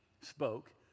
spoke